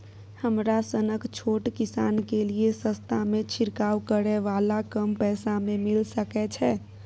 हमरा सनक छोट किसान के लिए सस्ता में छिरकाव करै वाला कम पैसा में मिल सकै छै?